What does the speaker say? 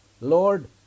Lord